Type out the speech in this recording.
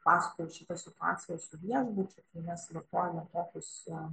pasakojau šitą situaciją su viešbučiu mes vartojome tokius